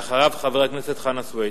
ואחריו, חבר הכנסת חנא סוייד.